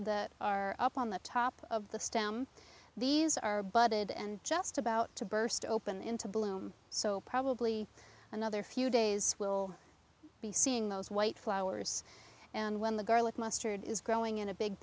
are on the top of the stem these are budded and just about to burst open into bloom so probably another few days we'll be seeing those white flowers and when the garlic mustard is growing in a big